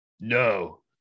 no